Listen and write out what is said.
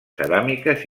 ceràmiques